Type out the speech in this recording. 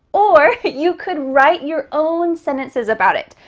or you could write your own sentences about it.